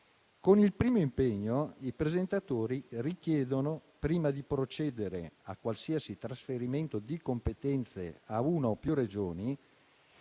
Con il primo impegno i presentatori richiedono, prima di procedere a qualsiasi trasferimento di competenze a una o più Regioni